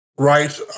right